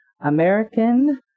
American